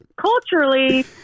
culturally